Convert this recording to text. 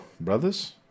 brothers